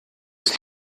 ist